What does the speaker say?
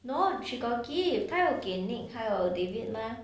no she got give 她有给 nick 还有 david mah